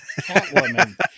Catwoman